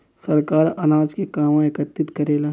सरकार अनाज के कहवा एकत्रित करेला?